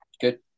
Good